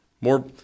More